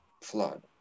flood